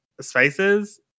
spices